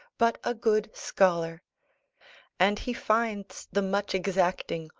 but a good scholar and he finds the much exacting,